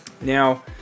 Now